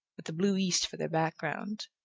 with the blue east for their back-ground,